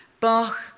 Bach